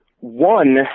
one